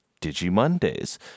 DigiMondays